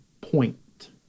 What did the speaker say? point